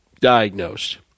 diagnosed